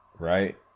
Right